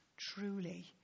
truly